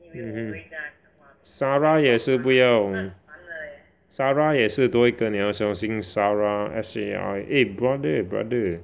mmhmm Sara 也是不要 Sara 也是多一个你要小心 Sara S A R A eh brother brother